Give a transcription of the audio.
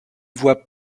vois